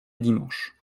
dimanche